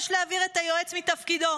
יש להעביר את היועץ מתפקידו.